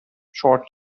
short